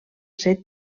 ser